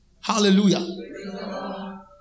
Hallelujah